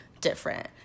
different